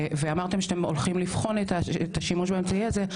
ואמרתם שאתם הולכים לבחון את השימוש באמצעי הזה,